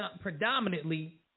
predominantly